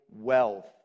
wealth